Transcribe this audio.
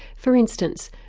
for instance,